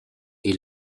est